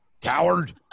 coward